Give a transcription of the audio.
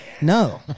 No